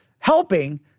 helping